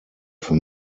für